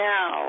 Now